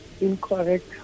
incorrect